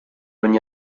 ogni